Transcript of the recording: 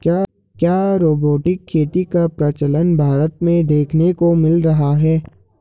क्या रोबोटिक खेती का प्रचलन भारत में देखने को मिल रहा है?